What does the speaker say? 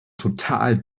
total